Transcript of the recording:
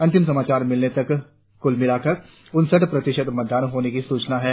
अंतिम समाचार मिलने तक कुल मिलाकर उनसठ प्रतिशत मतदान होने की सूचना है